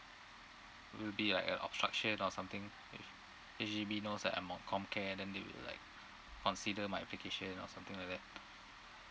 will be like a obstruction or something H_D~ H_D_B knows that I'm on comcare then they will like consider my application or something like that